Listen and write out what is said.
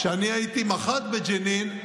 כשאני הייתי מח"ט בג'נין,